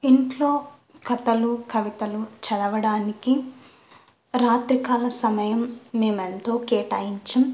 ఇంట్లో కథలు కవితలు చదవడానికి రాత్రి కాల సమయం మేము ఎంతో కేటాయించము